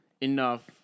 enough